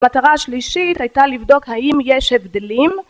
מטרה שלישית הייתה לבדוק האם יש הבדלים